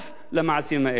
אבל ברגע שאנחנו כולנו,